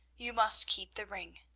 you must keep the ring.